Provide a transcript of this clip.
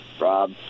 Rob